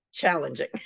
challenging